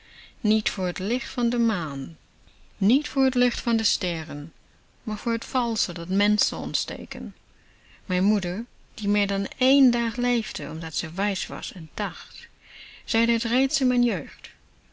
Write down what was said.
niet voor het licht van de maan niet voor het licht van de sterren maar voor het valsche dat menschen ontsteken mijn moeder die meer dan één dag leefde omdat ze wijs was en dacht zeide het reeds in mijn jeugd